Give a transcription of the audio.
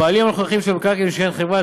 הבעלים הנוכחיים של המקרקעין הם חברות